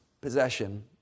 possession